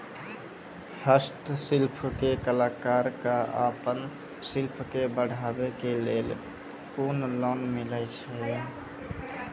हस्तशिल्प के कलाकार कऽ आपन शिल्प के बढ़ावे के लेल कुन लोन मिलै छै?